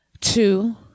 two